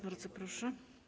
Bardzo proszę.